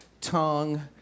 tongue